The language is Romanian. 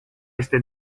este